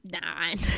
nine